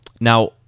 Now